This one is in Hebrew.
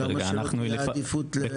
למה שלא תהיה עדיפות?